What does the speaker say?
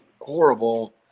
horrible